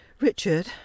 richard